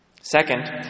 Second